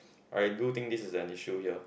I do think this is an issue here